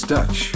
Dutch